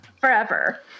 forever